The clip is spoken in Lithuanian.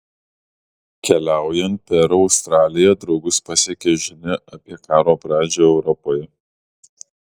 keliaujant per australiją draugus pasiekia žinia apie karo pradžią europoje